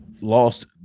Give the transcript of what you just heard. lost